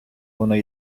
воно